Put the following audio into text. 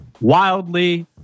wildly